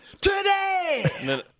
Today